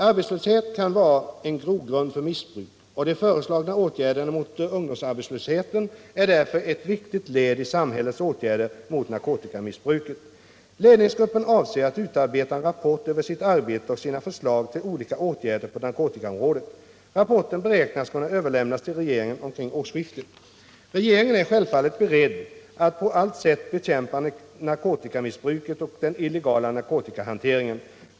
Arbetslöshet kan vara en grogrund för missbruk, och de föreslagna åtgärderna mot ungdomsarbetslösheten är därför ett viktigt led i samhällets åtgärder mot narkotikamissbruket. Ledningsgruppen avser att utarbeta en rapport över sitt arbete och sina förslag till olika åtgärder på narkotikaområdet. Rapporten beräknas kunna överlämnas till regeringen omkring årsskiftet. Regeringen är självfallet beredd att på allt sätt bekämpa narkotikamissbruket och den illegala narkotikahanteringen.